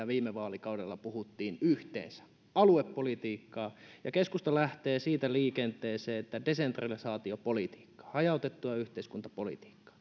viime vaalikaudella puhuttiin yhteensä aluepolitiikkaa ja keskusta lähtee siitä liikenteeseen että harjoitamme desentralisaatiopolitiikkaa hajautettua yhteiskuntapolitiikkaa